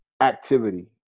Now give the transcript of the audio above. activity